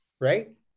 Right